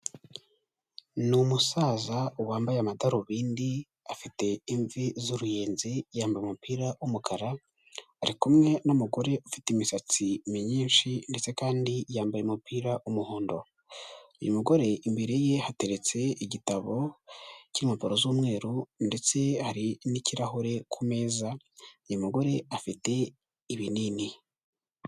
Umusaza wambaye amadarubindi, afite imvi z'uruyenzi yambaye umupira w'umukara, ari kumwe n'umugore ufite imisatsi myinshi ndetse kandi yambaye umupira w'umuhondo. Uyu umugore imbereye hateretse igitabo cy'impapuro z'umweru ndetse n'Ikirahure ku meza, uyu umugore afite ibinini.